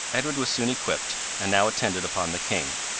edward was soon equipped, and now attended upon the king.